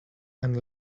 and